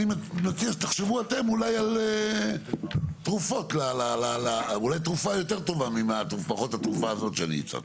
אני מציע שתחשבו אתם אולי על תרופה יותר טובה לפחות מהתרופה שאני הצעתי,